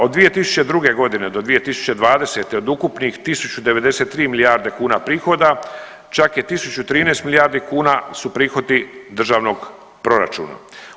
Od 2002.g. do 2020. od ukupnih 1.093 milijarde kuna prihoda čak je 1.013 milijardi kuna su prihodi državnog proračuna.